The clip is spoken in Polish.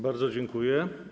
Bardzo dziękuję.